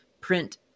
print